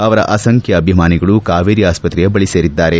ಅವರ ಅಸಂಖ್ಯ ಅಭಿಮಾನಿಗಳು ಕಾವೇರಿ ಆಸ್ಪತ್ರೆಯ ಬಳಿ ಸೇರಿದ್ದಾರೆ